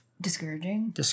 discouraging